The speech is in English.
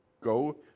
Go